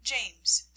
James